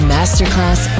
Masterclass